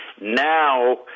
Now